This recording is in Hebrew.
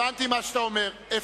הבנתי מה שאתה אומר.